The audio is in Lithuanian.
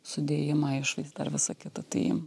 sudėjimą išvaizdą ir visa kita tai